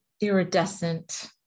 iridescent